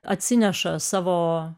atsineša savo